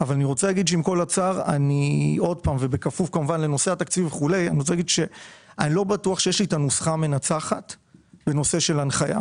אבל אני לא בטוח שיש את הנוסחה המנצחת בהנחיה.